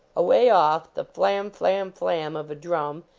away off the flam, flam, flam, of a drum,